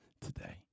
today